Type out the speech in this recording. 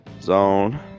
zone